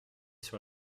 sur